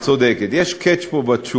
את צודקת, יש catch בתשובה,